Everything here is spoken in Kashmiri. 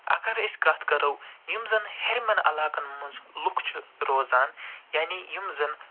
اگر أسۍ کتھ کَرو یِم زن ہیٚرِمٮ۪ن علاقن منٛز لُکھ چھِ روزان یعنی یِم زن